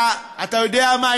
אתה יודע מה?